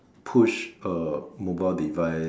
push a mobile device